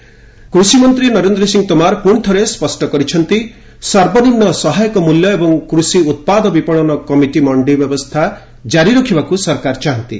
Tomar MSP କୃଷିମନ୍ତ୍ରୀ ନରେନ୍ଦ୍ର ସିଂହ ତୋମାର ପୁଶି ଥରେ ସ୍କଷ୍ଟ କରିଛନ୍ତି ସର୍ବନିମ୍ବ ସହାୟକ ମୂଲ୍ୟ ଏବଂ କୃଷି ଉତ୍ପାଦ ବିପଶନ କମିଟି ମଣ୍ଡି ବ୍ୟବସ୍ଥା କାରି ରଖିବାକୁ ସରକାର ଚାହାନ୍ତି